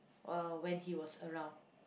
while when he was around